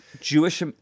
Jewish